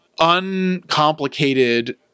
uncomplicated